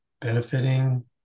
benefiting